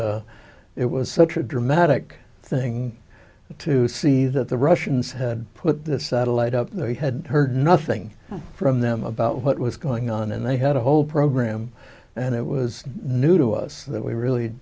but it was such a dramatic thing to see that the russians had put this satellite up they had heard nothing from them about what was going on and they had a whole program and it was new to us that we really